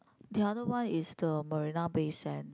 the other one is the Marina Bay Sand